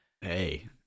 Hey